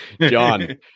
John